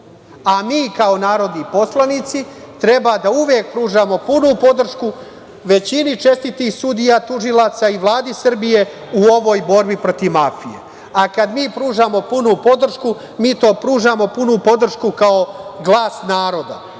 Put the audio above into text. kao narodni poslanici treba uvek da pružamo punu podršku većini čestitih sudija, tužilaca i Vladi Srbije u ovoj borbi protiv mafije. Kada mi pružamo punu podršku, mi to pružamo kao glas naroda.